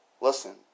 Listen